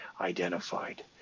Identified